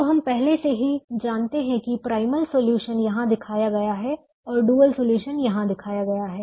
अब हम पहले से ही जानते हैं कि प्राइमल सॉल्यूशन यहाँ दिखाया गया है और डुअल सॉल्यूशन यहाँ दिखाया गया है